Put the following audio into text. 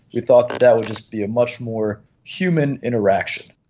we thought that that would just be a much more human interaction.